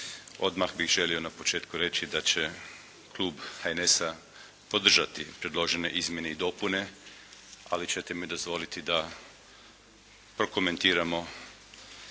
Odmah bih želio na početku reći da će Klub HNS-a podržati predložene izmjene i dopune, ali ćete mi dozvoliti da prokomentiramo